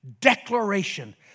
declaration